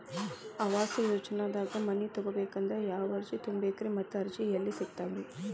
ಆವಾಸ ಯೋಜನೆದಾಗ ಮನಿ ತೊಗೋಬೇಕಂದ್ರ ಯಾವ ಅರ್ಜಿ ತುಂಬೇಕ್ರಿ ಮತ್ತ ಅರ್ಜಿ ಎಲ್ಲಿ ಸಿಗತಾವ್ರಿ?